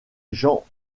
jean